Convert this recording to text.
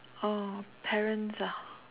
oh parents ah